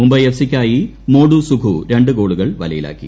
മുംബൈ എഫ് സിക്കായി Modou Sougou രണ്ടുഗോളുകൾ വലയിലാക്കി